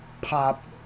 pop